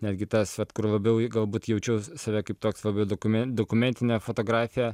netgi tas vat kur labiau galbūt jaučiu save kaip toks labiau dokumen dokumentinė fotografija